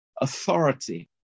authority